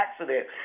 accident